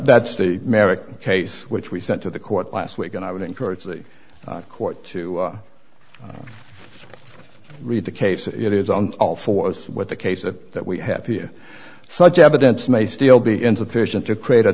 that's the american case which we sent to the court last week and i would encourage the court to read the case it is on all fours what the case of that we have here such evidence may still be insufficient to create a